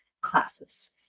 classes